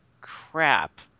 crap